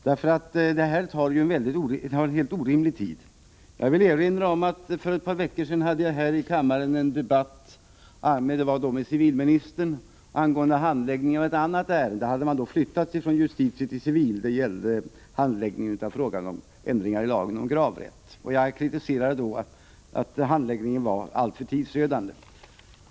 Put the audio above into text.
Det här arbetet tar ju en helt orimlig tid. Jag vill erinra om att Nr 94 för ett par veckor sedan hade jag här i kammaren en debatt med Måndagen den civilministern angående handläggningen av ett annat ärende — det hade 11 dr 1088 flyttats från justitiedepartementet till civildepartementet. Det gäller handläggningen'ay frågan om ändringari lagen om gravrätt "Jag kritiserade så den Om tidpunkten för alltför tidsödande handläggningen.